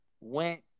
went